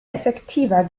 effektiver